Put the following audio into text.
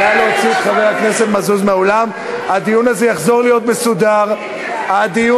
את לא